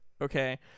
Okay